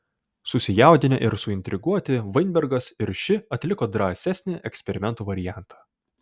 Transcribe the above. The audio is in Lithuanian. susijaudinę ir suintriguoti vainbergas ir ši atliko drąsesnį eksperimento variantą